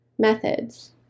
Methods